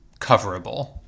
coverable